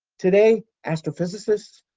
today, astrophysicists,